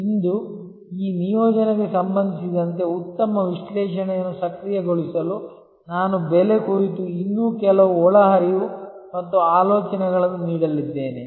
ಇಂದು ಈ ನಿಯೋಜನೆಗೆ ಸಂಬಂಧಿಸಿದಂತೆ ಉತ್ತಮ ವಿಶ್ಲೇಷಣೆಯನ್ನು ಸಕ್ರಿಯಗೊಳಿಸಲು ನಾನು ಬೆಲೆ ಕುರಿತು ಇನ್ನೂ ಕೆಲವು ಒಳಹರಿವು ಮತ್ತು ಆಲೋಚನೆಗಳನ್ನು ನೀಡಲಿದ್ದೇನೆ